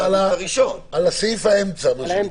על סעיף האמצע.